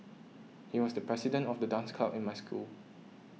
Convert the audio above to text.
he was the president of the dance club in my school